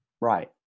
Right